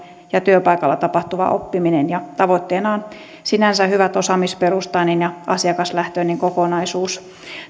ja työpaikalla tapahtuva oppiminen tavoitteena on sinänsä hyvä osaamisperustainen ja asiakaslähtöinen kokonaisuus